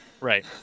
Right